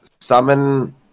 summon